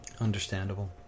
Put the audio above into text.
Understandable